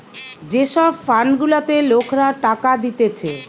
যে সব ফান্ড গুলাতে লোকরা টাকা দিতেছে